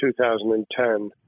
2010